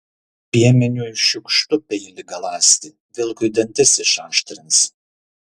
piemeniui šiukštu peilį galąsti vilkui dantis išaštrins